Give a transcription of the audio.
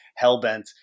Hellbent